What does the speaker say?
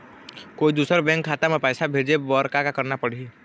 कोई दूसर बैंक खाता म पैसा भेजे बर का का करना पड़ही?